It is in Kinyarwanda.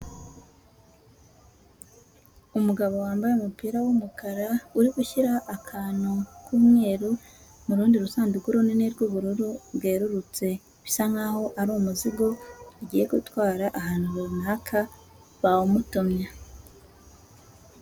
Umugabo wambaye umupira w'umukara, uri gushyira akantu k'umweru mu rundi rusanduku runini rw'ubururu bwerurutse, bisa nk'aho ari umuzigo ugiye gutwara ahantu runaka bawumutumye.